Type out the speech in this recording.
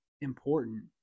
important